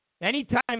Anytime